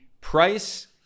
price